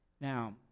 Now